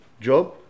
Job